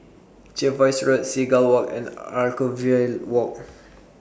Jervois Road Seagull Walk and Anchorvale Walk